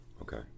Okay